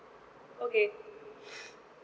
okay